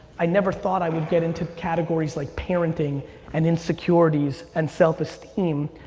i never thought i would get into categories like parenting and insecurities and self-esteem.